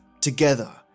together